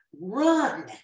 Run